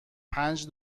پنج